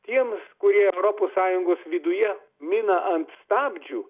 tiems kurie europos sąjungos viduje mina ant stabdžių